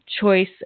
choice